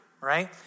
right